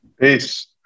Peace